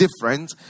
different